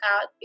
out